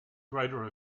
greater